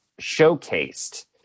showcased